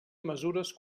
mesures